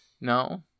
No